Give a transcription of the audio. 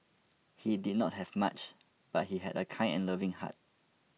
he did not have much but he had a kind and loving heart